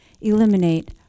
eliminate